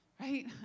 right